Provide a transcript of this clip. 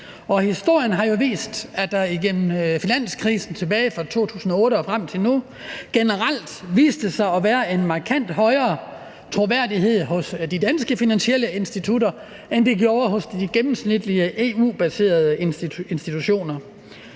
historien har jo vist, at der igennem finanskrisen tilbage fra 2008 og frem til nu generelt viste sig at være en markant højere troværdighed hos de danske finansielle institutter, end der var gennemsnitligt hos de EU-baserede institutioner.